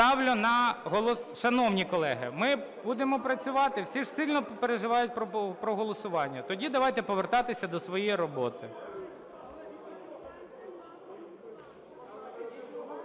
Шановні колеги, ми будемо працювати? Всі ж сильно переживають про голосування. Тоді давайте повертатися до своєї роботи.